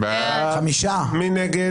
מי נגד?